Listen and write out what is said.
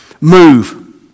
move